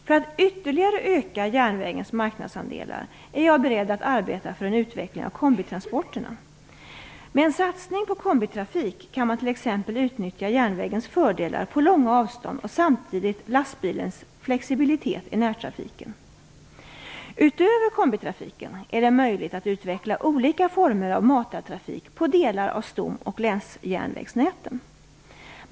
För att ytterligare öka järnvägens marknadsandelar är jag beredd att arbeta för en utveckling av kombitransporterna. Med en satsning på kombitrafik kan man t.ex. utnyttja järnvägens fördelar på långa avstånd och samtidigt lastbilens flexibilitet i närtrafiken. Utöver kombitrafiken är det möjligt att utveckla olika former av matartrafik på delar av stom och länsjärnvägsnäten.